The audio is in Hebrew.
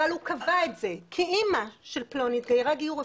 אבל הוא קבע את זה כי אמא של פלוני התגיירה גיור רפורמי,